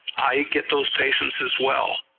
i get those patients as well,